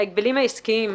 ההגבלים העסקיים,